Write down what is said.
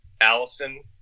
Allison